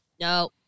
No